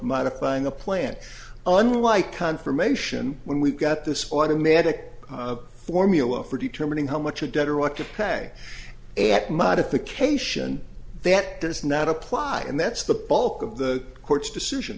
modifying the plan unlike confirmation when we've got this automatic formula for determining how much of debt or what to pack a modification that does not apply and that's the bulk of the court's decision